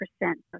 percent